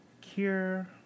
Cure